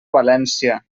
valència